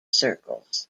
circles